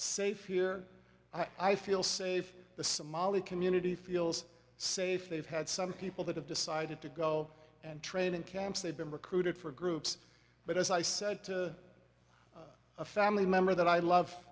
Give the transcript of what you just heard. safe here i feel safe the somali community feels safe they've had some people that have decided to go and train in camps they've been recruited for groups but as i said to a family member that i love